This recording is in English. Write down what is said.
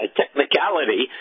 technicality